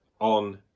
on